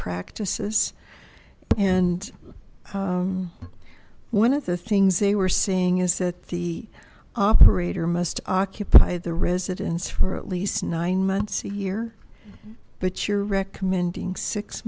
practices and one of the things they were saying is that the operator must occupy the residents for at least nine months a year but you're recommending six